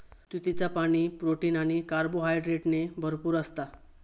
तुतीचा पाणी, प्रोटीन आणि कार्बोहायड्रेटने भरपूर असता